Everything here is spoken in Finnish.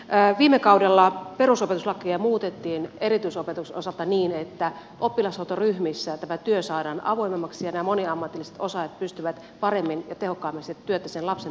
mutta viime kaudella perusopetuslakia muutettiin erityisopetuksen osalta niin että oppilashuoltoryhmissä tämä työ saadaan avoimemmaksi ja nämä moniammatilliset osaajat pystyvät paremmin ja tehokkaammin sitä työtä sen lapsen tukemiseksi tekemään